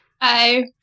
Hi